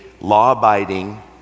law-abiding